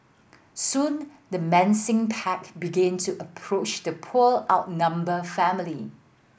soon the menacing pack began to approach the poor outnumbered family